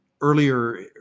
earlier